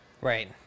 right